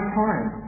time